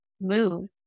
move